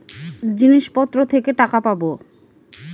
জিনিসপত্র থেকে টাকা পাবো